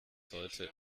heute